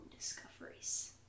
discoveries